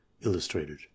Illustrated